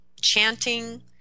chanting